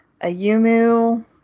Ayumu